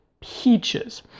peaches